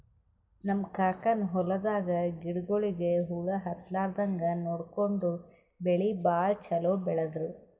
ನಮ್ ಕಾಕನ್ ಹೊಲದಾಗ ಗಿಡಗೋಳಿಗಿ ಹುಳ ಹತ್ತಲಾರದಂಗ್ ನೋಡ್ಕೊಂಡು ಬೆಳಿ ಭಾಳ್ ಛಲೋ ಬೆಳದ್ರು